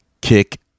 kick